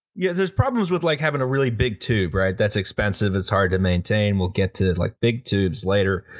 yeah there's problems with like havin' a really big tube, right? that's expensive, it's hard to maintain. we'll get to, like, big tubes later.